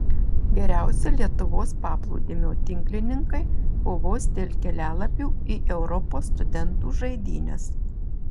geriausi lietuvos paplūdimio tinklininkai kovos dėl kelialapių į europos studentų žaidynes